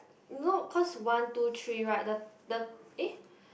nope cause one two three right the the eh